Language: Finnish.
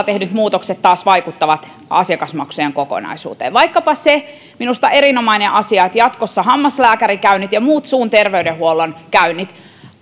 tehdyt muutokset taas vaikuttavat asiakasmaksujen kokonaisuuteen vaikkapa se minusta erinomainen asia että jatkossa hammaslääkärikäynnit ja muut suun terveydenhuollon käynnit